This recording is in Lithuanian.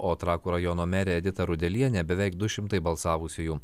o trakų rajono merė edita rudelienė beveik du šimtai balsavusiųjų